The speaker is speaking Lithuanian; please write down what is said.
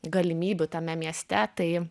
galimybių tame mieste tai